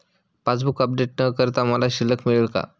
Passbook update न करता मला शिल्लक कळेल का?